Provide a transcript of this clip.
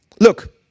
look